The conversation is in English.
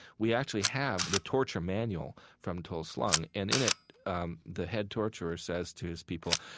we actually have the torture manual from tuol sleng, and in it um the head torturer says to his people,